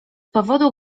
powodu